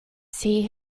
see